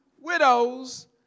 widows